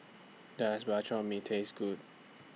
Does Bak Chor Mee Taste Good